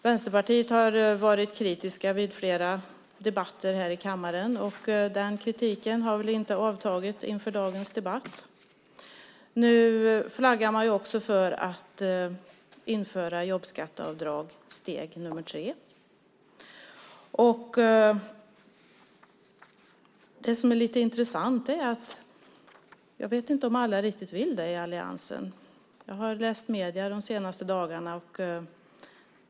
Vänsterpartiet har i flera debatter i kammaren varit kritiskt, och den kritiken har inte avtagit inför dagens debatt. Nu flaggar man för att införa jobbskatteavdrag steg tre. Det intressanta är att jag inte vet om alla i alliansen vill det. Jag har de senaste dagarna följt frågan i medierna.